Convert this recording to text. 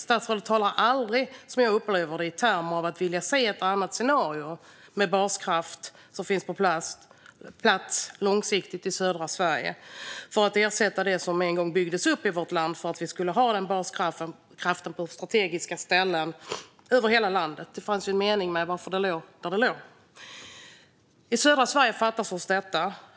Statsrådet talar aldrig, som jag upplever det, i termer av att vilja se ett annat scenario med baskraft som finns på plats långsiktigt i södra Sverige för att ersätta det som en gång byggdes upp i vårt land för att vi skulle ha baskraft på strategiska ställen över hela landet. Det fanns ju en mening med att det låg där det låg. I södra Sverige fattas oss detta.